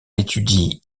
étudie